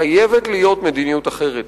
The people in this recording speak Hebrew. חייבת להיות מדיניות אחרת,